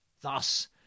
Thus